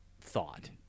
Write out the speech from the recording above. thought